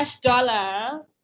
dollar